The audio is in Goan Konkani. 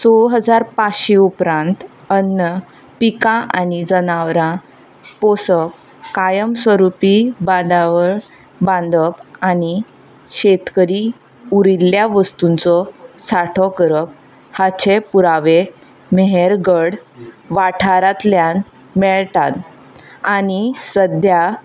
स हजार पांचशी उपरांत अन्न पिकां आनी जनावरां पोसप कायमस्वरुपी बांदावळ बांदप आनी शेतकरी उरिल्ल्या वस्तुंचो सांठो करप हाचे पुरावे महेलगड वाठारांतल्यान मेळटात आनी सध्या